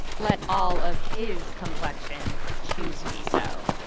let all of his complexion choose me so.